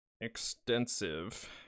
extensive